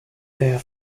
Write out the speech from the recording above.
there